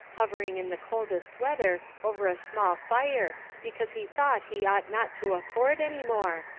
hovering in the coldest weather over a small fire because he thought he ought not to afford any more,